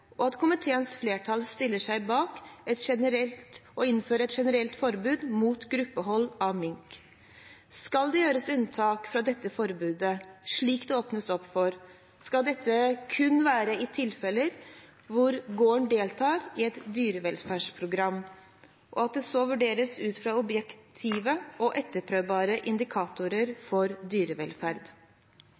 og at komiteens flertall stiller seg bak å innføre et generelt forbud mot gruppehold av mink. Skal det gjøres unntak fra dette forbudet, slik det åpnes opp for, skal dette kun være i tilfeller hvor gården deltar i et dyrevelferdsprogram, og at det så vurderes ut fra objektive og etterprøvbare indikatorer for dyrevelferd.